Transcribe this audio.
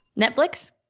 Netflix